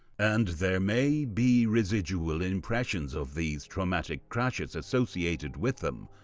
and there may be residual impressions of these traumatic crashes associated with them,